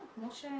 גם, כמו שנתנאל